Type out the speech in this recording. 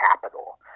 capital